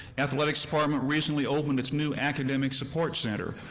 athletics department recently opened its new academic support center,